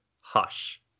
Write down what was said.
Hush